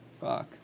fuck